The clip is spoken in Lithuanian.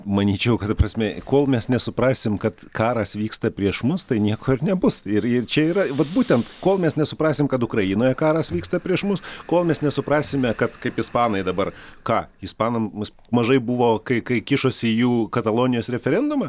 manyčiau kad ta prasme kol mes nesuprasim kad karas vyksta prieš mus tai nieko ir nebus ir ir čia yra vat būtent kol mes nesuprasim kad ukrainoje karas vyksta prieš mus kol mes nesuprasime kad kaip ispanai dabar ką ispanam mus mažai buvo kai kišosi į jų katalonijos referendumą